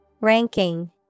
Ranking